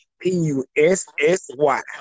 P-U-S-S-Y